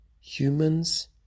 humans